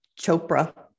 Chopra